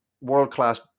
world-class